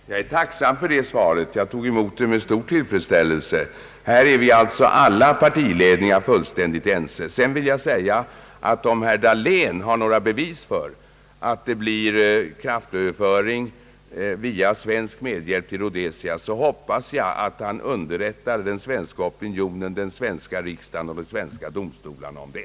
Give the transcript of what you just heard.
Herr talman! Jag är tacksam för det svaret. Jag tog emot det med stor tillfredsställelse. Här är alltså alla partiledningar fullständigt ense. Om herr Dahlén har några bevis för att det blir kraftöverföring genom svensk medverkan till Rhodesia hoppas jag att han underrättar den svenska opinionen, den svenska riksdagen och det svenska domstolsväsendet om det.